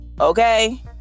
Okay